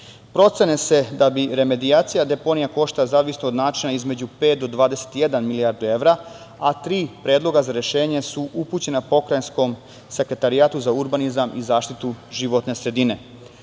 Procene su da bi remedijacija deponija koštala, zavisno od načina, između pet do 21 milijardu evra, a tri predloga za rešenje su upućena Pokrajinskom sekretarijatu za urbanizam i zaštitu životne sredine. Park